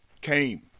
came